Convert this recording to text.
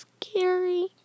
Scary